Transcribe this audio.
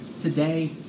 today